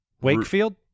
Wakefield